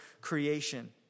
creation